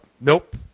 nope